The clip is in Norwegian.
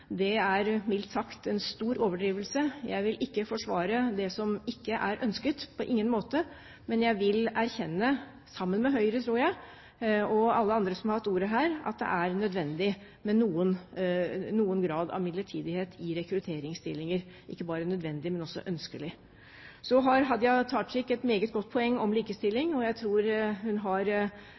er det mildt sagt en stor overdrivelse. Jeg vil på ingen måte forsvare det som ikke er ønsket, men jeg vil erkjenne – sammen med Høyre, tror jeg, og alle andre som har hatt ordet her – at det er nødvendig med noen grad av midlertidighet i rekrutteringsstillinger, og ikke bare nødvendig, men også ønskelig. Så har Hadia Tajik et meget godt poeng om likestilling. Jeg tror hun har